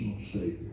Savior